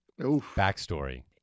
backstory